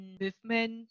movement